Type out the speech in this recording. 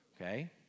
Okay